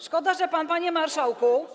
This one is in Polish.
Szkoda, że pan, panie marszałku.